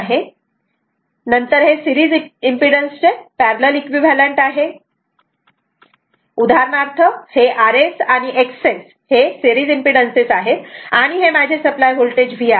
आता नंतर हे सिरीज इम्पेडन्स चे पॅरलल इक्विव्हॅलंट आहे उदाहरणार्थ हे rs आणि XS हे सेरीज इम्पेडन्स आहेत आणि हे माझे सप्लाय व्होल्टेज V आहे